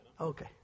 Okay